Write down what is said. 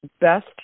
best